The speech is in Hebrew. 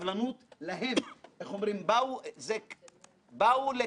אמרנו שהתפלאנו איך כל כך מהר,